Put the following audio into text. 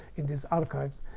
in these archives,